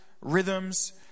rhythms